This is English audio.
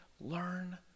Learn